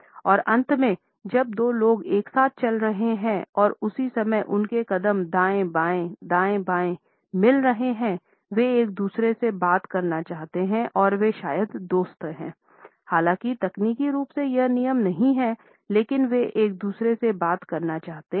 और अंत में जब दो लोग एक साथ चल रहे हैं और उसी समय उनके कदम दाएं बाएं दाएं बाएं मिल रहे हैं वे एक दूसरे से बात करना चाहते हैं और वे शायद दोस्त हैं हालांकि तकनीकी रूप से एक नियम नहीं है लेकिन वे एक दूसरे से बात करना चाहते हैं